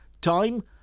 Time